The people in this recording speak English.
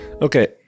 okay